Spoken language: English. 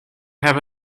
have